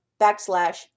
backslash